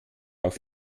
auf